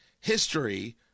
history